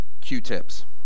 Q-tips